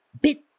Bit